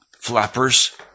flappers